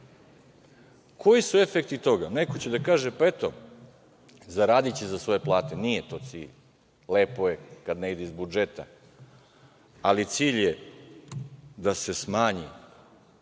su efekti toga? Neko će da kaže – eto, zaradiće za svoje plate. Nije to cilj. Lepo je kad ne ide iz budžeta. Ali, cilj je da se smanji